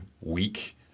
week